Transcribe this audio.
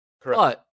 Correct